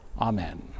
AMEN